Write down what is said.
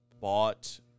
bought